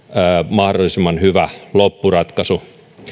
mahdollisimman hyvä loppuratkaisu